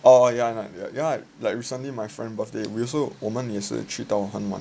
oh ya yeah ya I like recently my friend birthday we also 我们也是去到很晚